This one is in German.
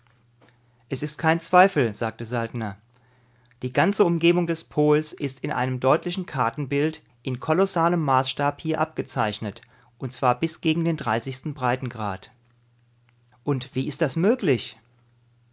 es ist kein zweifel sagte saltner die ganze umgebung des pols ist in einem deutlichen kartenbild in kolossalem maßstab hier abgezeichnet und zwar bis gegen den breitengrad und wie ist das möglich